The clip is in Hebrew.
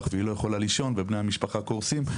והיא לא יכולה לישון ובני המשפחה קורסים.